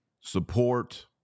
support